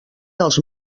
dels